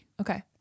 Okay